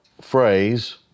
phrase